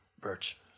Birch